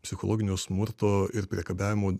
psichologinio smurto ir priekabiavimo